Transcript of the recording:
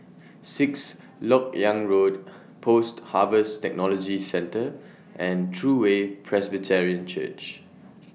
Sixth Lok Yang Road Post Harvest Technology Centre and True Way Presbyterian Church